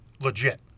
Legit